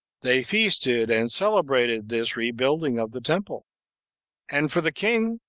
they feasted and celebrated this rebuilding of the temple and for the king,